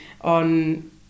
on